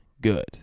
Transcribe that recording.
good